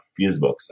Fusebox